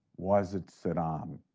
was it saddam?